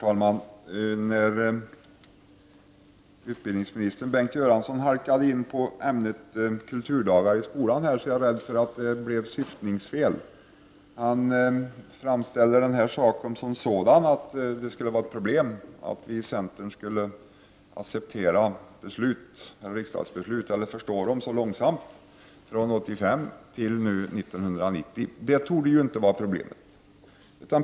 Herr talman! Utbildningsminister Bengt Göransson halkar in på ämnet kulturdagar i skolan. Jag är rädd att det blev ett syftningsfel. Han framställer det så att det skulle vara problem att vi i centern skulle förstå riksdagsbeslut så långsamt, från 1985 till 1990. Det torde inte vara problemet.